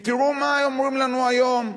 כי תראו מה אומרים לנו היום: